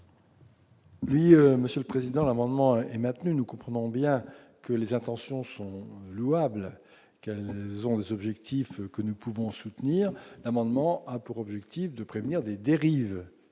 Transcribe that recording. lui, Monsieur le Président l'amendement est maintenu, nous comprenons bien que les intentions sont louables, quels sont les objectifs que nous pouvons soutenir amendement a pour objectif de prévenir des dérives